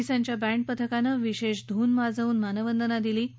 पोलिसांच्या बँड पथकानं विशेष धून वाजवून मानवंदना दिली